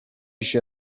się